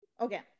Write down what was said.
okay